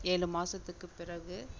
ஏழு மாசத்துக்கு பிறகு